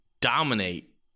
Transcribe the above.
dominate